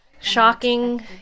Shocking